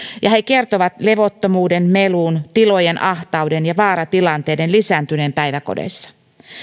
ja he kertovat levottomuuden melun tilojen ahtauden ja vaaratilanteiden lisääntyneen päiväkodeissa